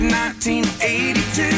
1982